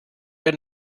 der